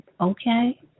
okay